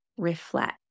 Reflect